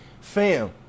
Fam